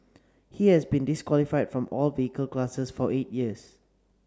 he has been disqualified from all vehicle classes for eight years